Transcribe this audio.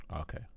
okay